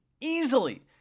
Easily